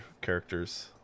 characters